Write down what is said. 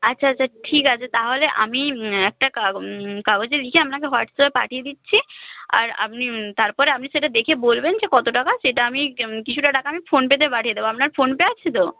আচ্ছা আচ্ছা ঠিক আছে তাহলে আমি একটা কাগজে লিখে আপনাকে হোয়াটসঅ্যাপে পাঠিয়ে দিচ্ছি আর আপনি তারপরে আপনি সেটা দেখে বলবেন যে কত টাকা সেটা আমি কিছুটা টাকা আপনাকে ফোনপেতে পাঠিয়ে দেব আপনার ফোনপে আছে তো